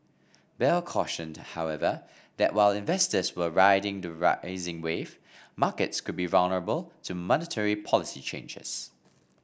bell cautioned however that while investors were riding the rising wave markets could be vulnerable to monetary policy changes